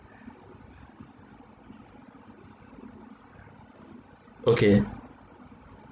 okay